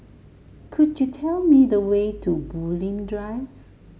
could you tell me the way to Bulim Drive